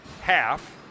half